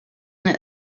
been